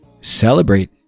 celebrate